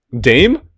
Dame